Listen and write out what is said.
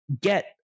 get